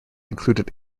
included